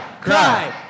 Cry